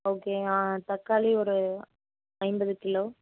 ஓகேங்க ஆ தக்காளி ஒரு ஐம்பது கிலோ